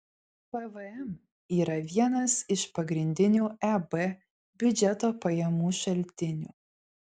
pvm yra vienas iš pagrindinių eb biudžeto pajamų šaltinių